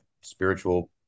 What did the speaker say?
spiritual